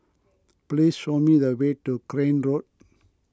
please show me the way to Crane Road